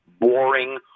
boring